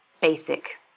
basic